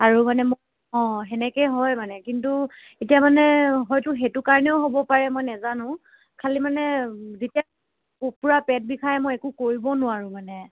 আৰু মানে মোক অঁ তেনেকেই হয় মানে কিন্তু এতিয়া মানে হয়টো সেইটো কাৰণেও হ'ব পাৰে মই নাজানো খালী মানে যেতিয়া পুৰা পেট বিষায় মই একো কৰিব নোৱাৰোঁ মানে